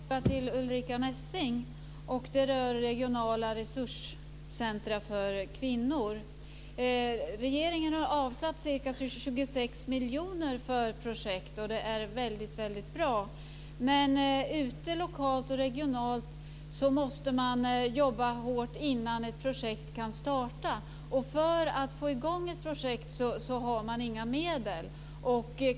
Herr talman! Jag har en fråga till Ulrica Messing, och den rör regionala resurscentrum för kvinnor. Regeringen har avsatt ca 26 miljoner för projekt, och det är väldigt bra. Men lokalt och regionalt måste man jobba hårt innan ett projekt kan starta. Och för att få i gång ett projekt har man inga medel.